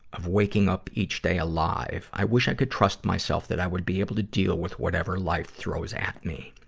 of waking up each day alive. i wish i could trust myself that i would be able to deal with whatever life throws at me.